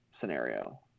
scenario